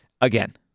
again